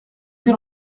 elle